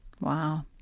Wow